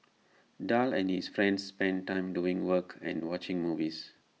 Daryl and his friends spent time doing work and watching movies